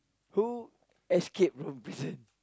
who escaped from prison